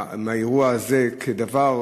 מהאירוע הזה כדבר,